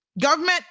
Government